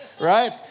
Right